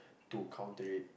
to counter it